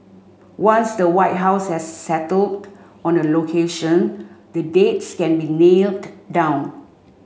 once the White House has settled on a location the dates can be nailed down